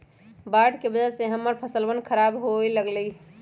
बाढ़ के वजह से हम्मर फसलवन खराब हो गई लय